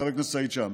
חבר הכנסת סעיד שם,